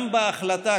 גם בהחלטה,